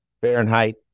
Fahrenheit